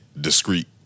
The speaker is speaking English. discreet